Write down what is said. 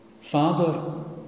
Father